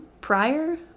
prior